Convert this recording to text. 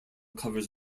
covers